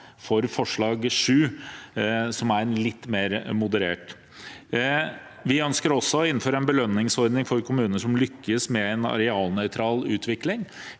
for forslag nr. 7, som er litt mer moderert. Vi ønsker også å innføre en belønningsordning for kommuner som lykkes med arealnøytral utvikling.